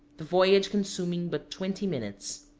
the voyage consuming but twenty minutes.